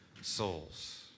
souls